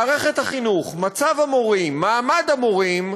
מערכת החינוך, מצב המורים, מעמד המורים,